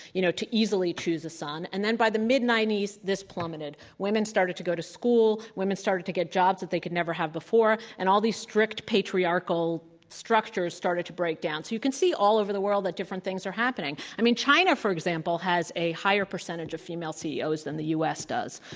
you know, to easily choose a son. and then by the mid zero nine zero s, this plummeted. women started to go to school. women started to get jobs that they could never have before. and all these strict patriarchal structures started to break down. so you can see all over the world that different things are happening. i mean, china, for example, has a higher percentage of female ceos than the u. s. does.